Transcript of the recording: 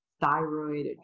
thyroid